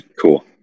Cool